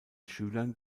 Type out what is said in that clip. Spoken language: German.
schülern